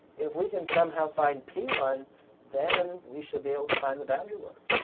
if we can somehow find p one then we should be able to find the boundary work.